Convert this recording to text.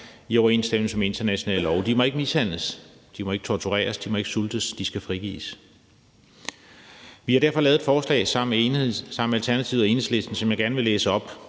i overensstemmelse med international lov. De må ikke mishandles, de må ikke tortureres, de må ikke sultes – de skal frigives. Vi har derfor lavet et forslag til vedtagelse sammen med Alternativet og Enhedslisten, som jeg gerne vil læse op.